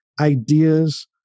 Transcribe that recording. ideas